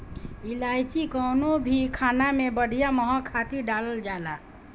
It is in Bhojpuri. इलायची कवनो भी खाना में बढ़िया महक खातिर डालल जाला